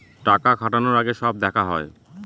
টাকা খাটানোর আগে সব দেখা হয়